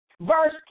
Verse